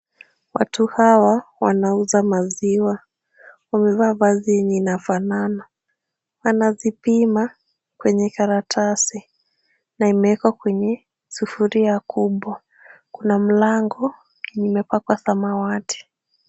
Watu hawa wanauza maziwa, wamevaa vazi yenye inafanana. Wanazipima kwenye karatasi na imeekwa kwenye sufuria kubwa. Kuna mlango yenye imepakwa samawati.